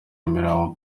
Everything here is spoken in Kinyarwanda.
imirambo